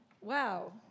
Wow